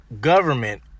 Government